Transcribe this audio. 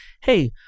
hey